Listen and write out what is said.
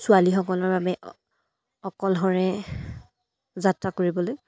ছোৱালীসকলৰ বাবে অকলশৰে যাত্ৰা কৰিবলৈ